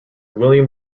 william